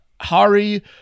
Hari